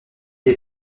est